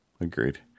agreed